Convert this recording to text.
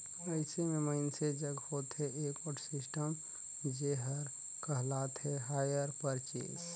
अइसे में मइनसे जग होथे एगोट सिस्टम जेहर कहलाथे हायर परचेस